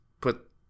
put